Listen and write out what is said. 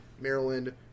Maryland